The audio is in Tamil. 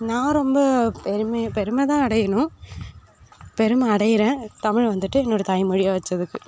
நான் ரொம்ப பெருமை பெருமை தான் அடையணும் பெருமை அடைகிறேன் தமிழ் வந்துட்டு என்னோட தாய் மொழியாக வைச்சதுக்கு